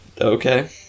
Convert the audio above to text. Okay